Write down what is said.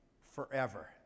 forever